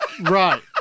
Right